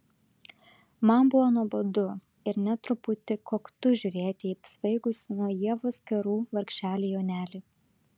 man buvo nuobodu ir net truputį koktu žiūrėti į apsvaigusį nuo ievos kerų vargšelį jonelį